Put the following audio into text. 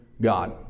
God